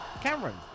Cameron